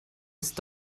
ist